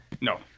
No